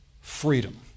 freedom